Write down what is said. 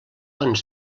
ens